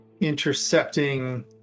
intercepting